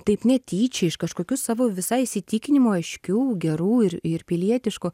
taip netyčia iš kažkokių savo visai įsitikinimų aiškių gerų ir ir pilietiškų